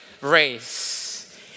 race